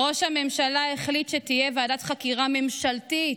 למה, ראש הממשלה החליט שתהיה ועדת חקירה ממשלתית,